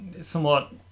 Somewhat